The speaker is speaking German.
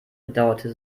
bedauerte